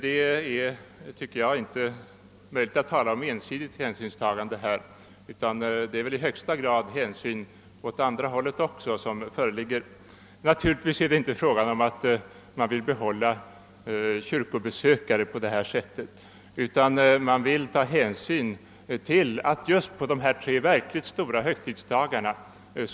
Det är alltså felaktigt att tala om ensidigt hänsynstagande, eftersom det i högsta grad föreligger hänsynstagande även åt andra hållet. Naturligtvis gäller det inte att genom nöjesförbudet behålla kyrkobesökare på något sätt. Men man vill att det skall vara lugnt och stilla just på de här tre verkligt stora högtidsdagarna.